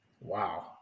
Wow